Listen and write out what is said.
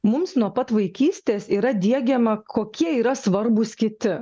mums nuo pat vaikystės yra diegiama kokie yra svarbūs kiti